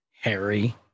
Harry